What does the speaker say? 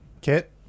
Kit